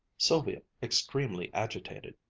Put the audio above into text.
sylvia extremely agitated.